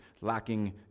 lacking